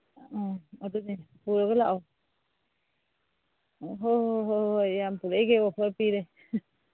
ꯑꯥ ꯑꯗꯨꯅꯦ ꯄꯨꯔꯒ ꯂꯥꯛꯑꯣ ꯍꯣꯏ ꯍꯣꯏ ꯍꯣꯏ ꯍꯣꯏ ꯌꯥꯝ ꯄꯨꯔꯛꯏꯒꯩ ꯑꯣꯐꯔ ꯄꯤꯔꯦ